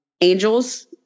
angels